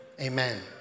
Amen